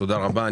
תודה רבה.